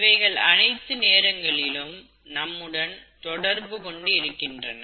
இவைகள் அனைத்து நேரங்களிலும் நம்முடன் தொடர்பு கொண்டு இருக்கின்றன